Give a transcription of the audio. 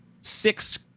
six